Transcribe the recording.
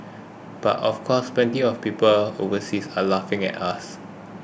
but of course plenty of people overseas are laughing at us